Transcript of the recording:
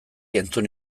entzun